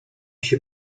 się